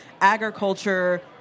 agriculture